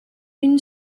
been